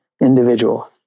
individual